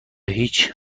هیچ